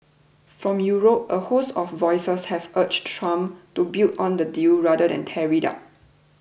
from Europe a host of voices have urged Trump to build on the deal rather than tear it up